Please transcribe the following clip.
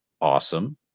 awesome